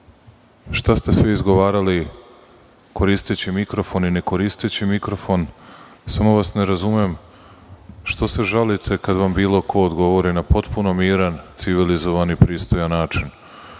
šta ste sve izgovarali koristeći mikrofon i ne koristeći mikrofon, samo vas ne razumem, što se žalite kada vam bilo ko odgovori na potpuno miran, civilizovan i pristojan način. Nikada